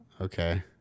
Okay